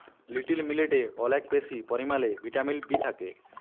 little মিলেটে অলেক বেশি পরিমালে ভিটামিল বি থ্যাকে